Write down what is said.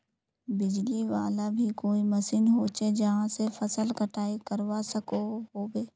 बिजली वाला भी कोई मशीन होचे जहा से फसल कटाई करवा सकोहो होबे?